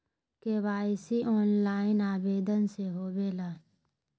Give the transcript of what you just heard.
KYC online आवेदन से होवे ला?